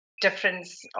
difference